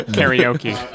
karaoke